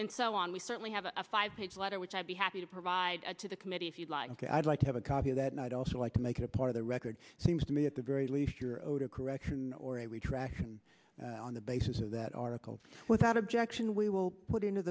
and so on we certainly have a five page letter which i'd be happy to provide to the committee if you'd like to i'd like to have a copy of that and i'd also like to make it part of the record seems to me at the very least you're owed a correction or a retraction on the basis of that article without objection we will put into